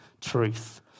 truth